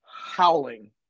howling